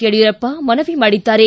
ಯಡಿಯೂರಪ್ಪ ಮನವಿ ಮಾಡಿದ್ದಾರೆ